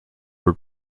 were